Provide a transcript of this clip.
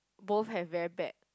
both have very bad